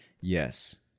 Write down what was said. Yes